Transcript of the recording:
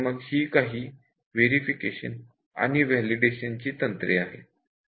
हि काही व्हेरिफिकेशन आणि व्हॅलिडेशन तंत्रे आहेत